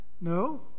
No